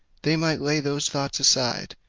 they might lay those thoughts aside,